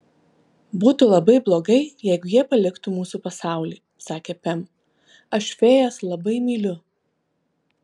būtų labai blogai jeigu jie paliktų mūsų pasaulį sakė pem aš fėjas labai myliu